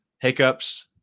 hiccups